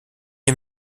est